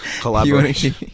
collaboration